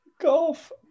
Golf